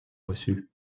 reçu